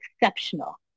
exceptional